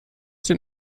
den